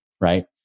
right